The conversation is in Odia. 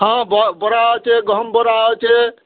ହଁ ବରା ଅଛେ ଗହମ୍ ବରା ଅଛେ